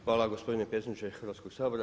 Hvala gospodine predsjedniče Hrvatskog sabora.